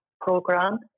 program